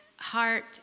Heart